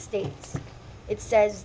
states it says